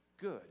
good